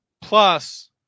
plus